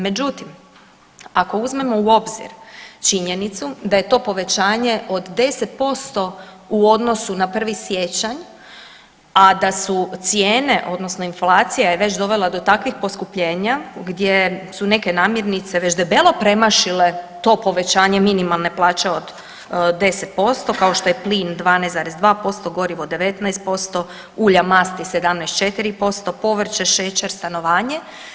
Međutim, ako uzmemo u obzir činjenicu da je to povećanje od 10% u odnosu na 1. siječanj a da su cijene odnosno inflacija je već dovela do takvih poskupljenja gdje su neke namirnice već debelo premašilo to povećanje minimalne plaće od 10% kao što je plin 12,2%, gorivo 19%, ulja masti 17,4%, povrće, šećer, stanovanje.